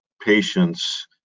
patients